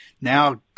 Now